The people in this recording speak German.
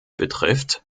betrifft